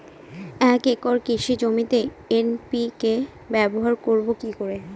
এক একর কৃষি জমিতে এন.পি.কে ব্যবহার করব কি করে?